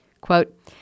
Quote